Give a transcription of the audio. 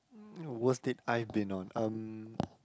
worst date I've been on um